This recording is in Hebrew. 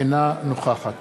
אינה נוכחת